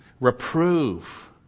Reprove